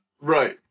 Right